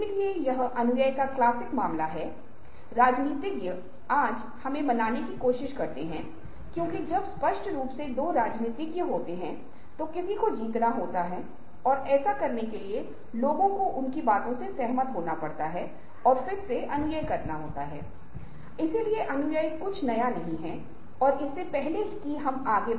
लेकिन अगर व्यक्ति भावनात्मक रूप से बुद्धिमान है तो आप ऐसी परिस्थितियों में दरार और टूटना नहीं करेंगे